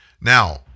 Now